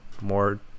more